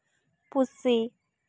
ᱯᱩᱥᱤ